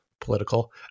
political